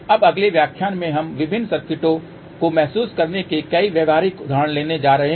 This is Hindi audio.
अब अगले व्याख्यान में हम विभिन्न सर्किटों को महसूस करने के कई व्यावहारिक उदाहरण लेने जा रहे हैं